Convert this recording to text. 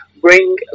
bring